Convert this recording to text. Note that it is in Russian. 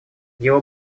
его